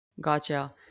Gotcha